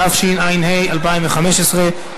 התשע"ה 2015,